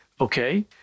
okay